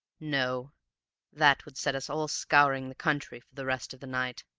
no that would set us all scouring the country for the rest of the night.